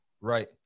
Right